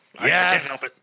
Yes